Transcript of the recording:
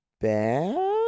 bad